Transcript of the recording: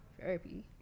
Therapy